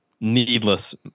needless